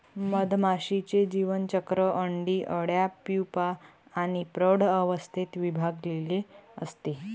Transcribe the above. मधमाशीचे जीवनचक्र अंडी, अळ्या, प्यूपा आणि प्रौढ अवस्थेत विभागलेले असते